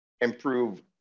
improve